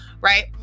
right